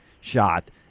shot